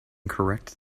correct